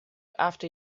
after